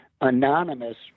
Anonymous